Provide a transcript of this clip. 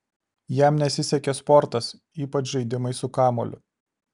jam nesisekė sportas ypač žaidimai su kamuoliu